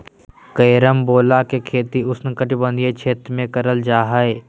carambola के खेती उष्णकटिबंधीय क्षेत्र में करल जा हय